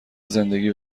زندگی